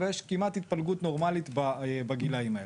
ויש כמעט התפלגות נורמלית בגילאים האלה.